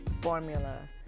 formula